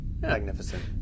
Magnificent